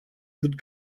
would